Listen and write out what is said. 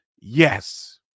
yes